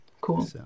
cool